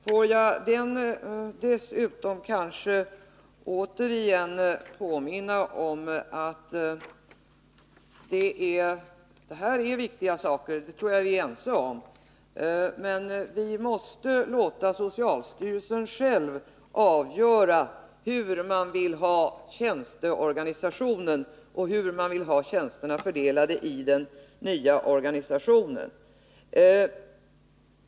Får jag dessutom återigen påminna om att det här är viktiga saker. Det tror jag vi är ense om. Vi måste emellertid låta socialstyrelsen själv avgöra hur man vill ha tjänsteorganisationen och hur man vill ha tjänsterna fördelade i den nya organisationen.